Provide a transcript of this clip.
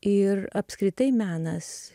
ir apskritai menas